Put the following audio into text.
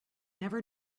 never